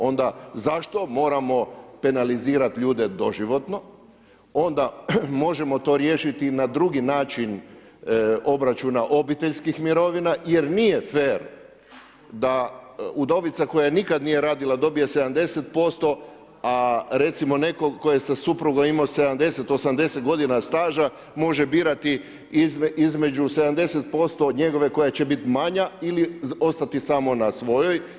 Onda zašto moramo penalizirati ljude doživotno, onda možemo to riješiti na drugi način obračuna obiteljskih mirovina jer nije fer da udovica koja nikad nije radila dobije 70% a recimo netko tko je sa suprugom imao 70, 80 godina staža može birati između 70% njegove koja će biti manja ili ostati samo na svojoj.